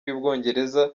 y’ubwongereza